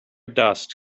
dust